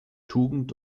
tugend